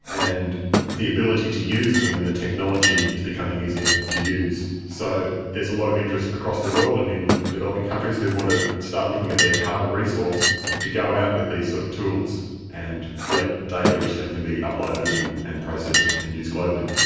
and the ability to use them and the technology is becoming easier to use. so there's a lot of interest across the world and in developing countries who want to start looking at their carbon resource to go out with these sort of tools and collect data which then can then be uploaded and and processed and used used globally.